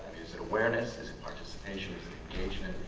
is it awareness? is it participation? is it engagement?